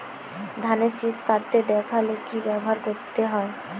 ধানের শিষ কাটতে দেখালে কি ব্যবহার করতে হয়?